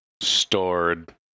stored